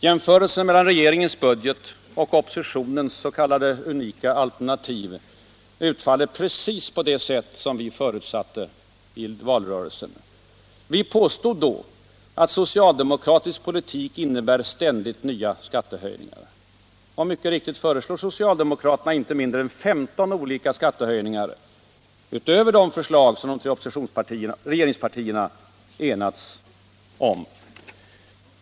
Jämförelsen mellan regeringens budget och oppositionens unika s.k. alternativ utfaller precis på det sätt som vi förutsatte i valrörelsen. Vi påstod då att socialdemokratisk politik innebär ständigt nya skattehöjningar. Och mycket riktigt föreslår socialdemokraterna inte mindre än 15 olika skattehöjningar utöver de förslag som de tre regeringspartierna enats om.